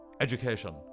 education